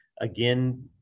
again